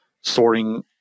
sorting